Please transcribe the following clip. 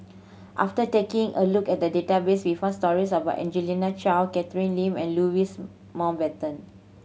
after taking a look at the database we found stories about Angelina Choy Catherine Lim and Louis Mountbatten